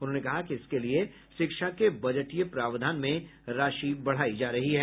उन्होंने कहा कि इसके लिए शिक्षा के बजटीय प्रावधान में राशि बढ़ायी जा रही है